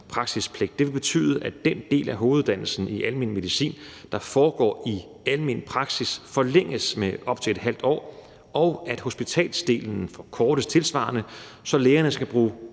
vil betyde, at den del af hoveduddannelsen i almen medicin, der foregår i almen praksis, forlænges med op til ½ år, og at hospitalsdelen forkortes tilsvarende, så lægerne skal bruge